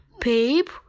Peep